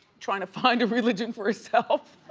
trying to find a religion for herself,